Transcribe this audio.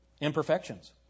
Imperfections